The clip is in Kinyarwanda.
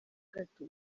gato